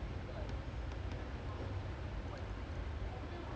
okay lah a bit different but it's like quite similar lah